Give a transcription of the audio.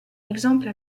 exemple